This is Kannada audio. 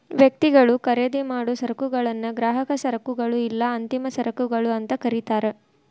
ವ್ಯಕ್ತಿಗಳು ಖರೇದಿಮಾಡೊ ಸರಕುಗಳನ್ನ ಗ್ರಾಹಕ ಸರಕುಗಳು ಇಲ್ಲಾ ಅಂತಿಮ ಸರಕುಗಳು ಅಂತ ಕರಿತಾರ